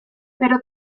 pero